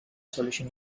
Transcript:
solution